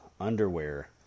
underwear